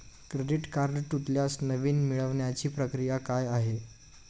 Credit card तुटल्यास नवीन मिळवण्याची प्रक्रिया काय आहे?